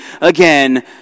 again